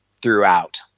throughout